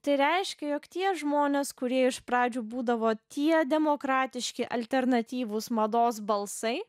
tai reiškė jog tie žmonės kurie iš pradžių būdavo tie demokratiški alternatyvūs mados balsai